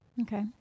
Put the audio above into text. Okay